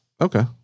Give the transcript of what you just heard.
okay